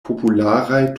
popularaj